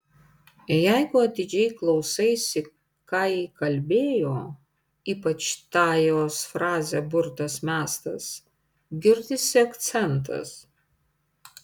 jeigu atidžiai klausaisi ką ji kalbėjo ypač tą jos frazę burtas mestas girdisi akcentas